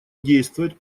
действовать